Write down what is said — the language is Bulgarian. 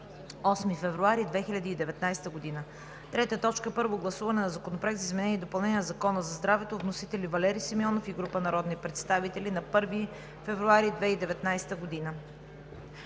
8 февруари 2019 г. 3. Първо гласуване на Законопроекта за изменение и допълнение на Закона за здравето. Вносители: Валери Симеонов и група народни представители, 1 февруари 2019 г.